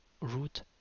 root